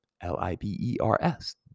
L-I-B-E-R-S